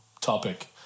topic